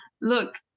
Look